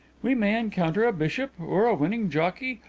we may encounter a bishop, or a winning jockey,